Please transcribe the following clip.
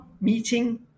meeting